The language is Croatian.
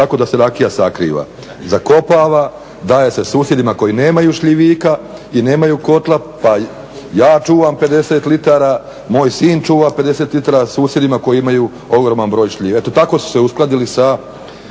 tako da se rakija sakriva, zakopava, daje se susjedima koji nemaju šljivika i nemaju kotla, pa ja čuvam 50 litara, moj sin čuva 50 litara susjedima koji imaju ogroman broj šljiva. Eto tako su se uskladili sa